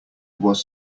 was